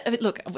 look